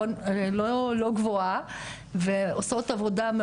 לא גבוהה ועושות עבודה,